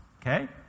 okay